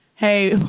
Hey